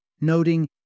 noting